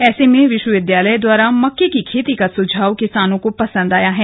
ऐसे में विश्वविद्यालय द्वारा मक्के की खेती का सुझाव किसानों को पसंद आया है